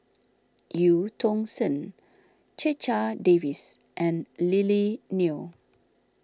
Eu Tong Sen Checha Davies and Lily Neo